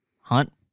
hunt